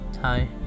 Hi